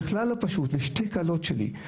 בכלל לא פשוט, ושתי כלות שלי.